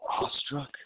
awestruck